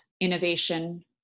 innovation